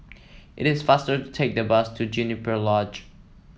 it is faster to take the bus to Juniper Lodge